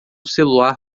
celular